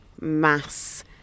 mass